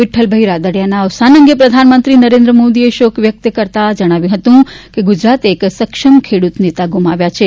વિક્રલભાઇ રાદડિયાના અવસાન અંગે પ્રધાનમંત્રી નરેન્દ્ર મોદીએ શોક વ્યક્ત કરતા જણાવ્યું હતું કે ગુજરાતે એક સક્ષમ ખેડૂત નેતા ગુમાવ્યા છે